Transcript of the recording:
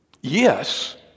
yes